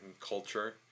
culture